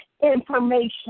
information